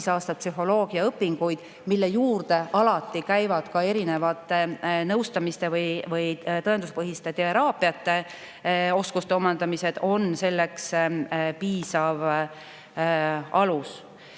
aastat psühholoogiaõpinguid, mille juurde alati käivad ka erinevate nõustamiste või tõenduspõhiste teraapiate oskuste omandamised, on selleks piisav alus.